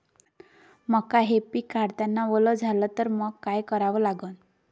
मका हे पिक काढतांना वल झाले तर मंग काय करावं लागन?